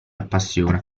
appassiona